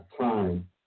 time